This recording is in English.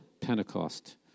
Pentecost